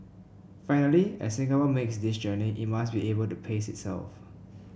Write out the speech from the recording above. finally as Singapore makes this journey it must be able to pace itself